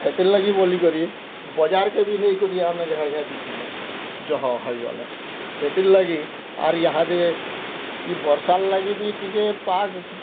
ସେଥିର୍ ଲାଗି ବୋଲିକରି ବଜାର୍ କେ ବି ନେଇ କରି ଆମେ ଯାହା ଯାହା ବିକି ଦେସୁଁ ଯହ ହେଇ ଗଲେ ସେଥିର୍ ଲାଗି ୟାର୍ ୟାହାଦେ ଇ ବର୍ଷା ଲାଗି ଟିକେ ପାଗ୍